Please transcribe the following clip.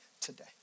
today